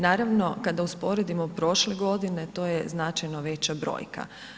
Naravno kada usporedimo prošle godine to je značajno veća brojka.